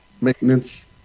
maintenance